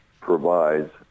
provides